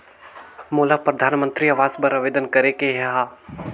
मोला परधानमंतरी आवास बर आवेदन करे के हा?